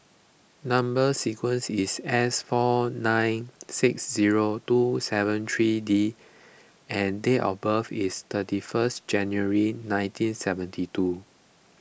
Number Sequence is S four nine six zero two seven three D and date of birth is thirty first January nineteen seventy two